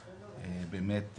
באמת,